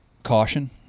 Caution